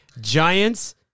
giants